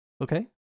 Okay